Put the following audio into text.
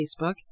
Facebook